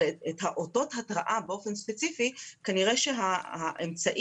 אבל את אותות ההתרעה באופן ספציפי כנראה שהאמצעים